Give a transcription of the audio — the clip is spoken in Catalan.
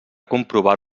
comprovar